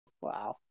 Wow